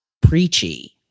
preachy